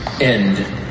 end